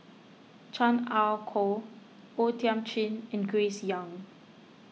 Chan Ah Kow O Thiam Chin and Grace Young